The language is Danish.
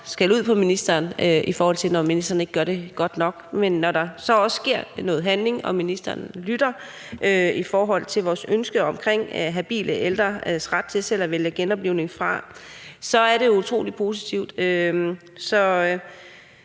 skælde ud på ministeren, når ministeren ikke gør det godt nok. Men når der så også er handling og ministeren lytter i forhold til vores ønske om habile ældres ret til selv at vælge genoplivning fra, er det utrolig positivt. Så